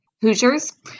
Hoosiers